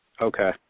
Okay